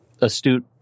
astute